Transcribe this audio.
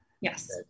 Yes